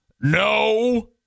no